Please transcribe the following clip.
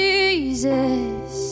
Jesus